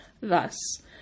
Thus